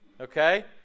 Okay